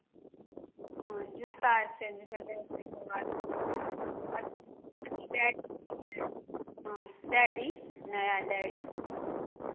हँ जुत्ता चेंज भेलै ताहिके बाद आओर अथि डायरी लेबै हँ डायरी नया डायरी